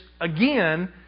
again